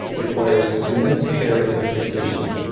requires immense care and precision.